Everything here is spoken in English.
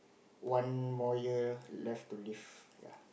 one more year left to live ya